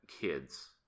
kids